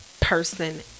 Person